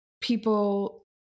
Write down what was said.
people